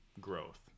growth